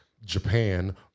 Japan